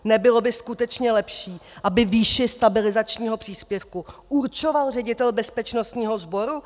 Nebylo by skutečně lepší, aby výši stabilizačního příspěvku určoval ředitel bezpečnostního sboru?